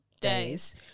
days